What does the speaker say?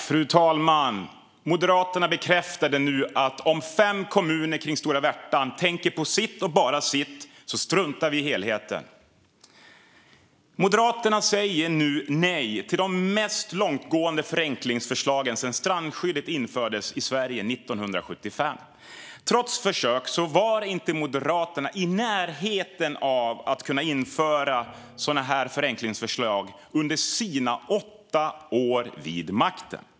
Fru talman! Moderaterna bekräftade nu följande: Om fem kommuner kring Stora Värtan tänker på sitt och bara sitt struntar vi i helheten. Moderaterna säger nu nej till de mest långtgående förenklingsförslagen sedan strandskyddet infördes i Sverige 1975. Trots försök var inte Moderaterna i närheten av att kunna införa sådana här förenklingsförslag under sina åtta år vid makten.